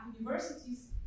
universities